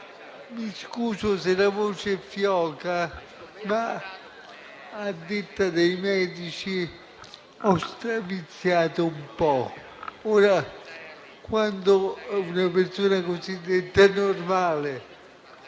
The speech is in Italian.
mi scuso se la voce è fioca, ma a detta dei medici ho straviziato un po'. Ora, a una persona cosiddetta normale,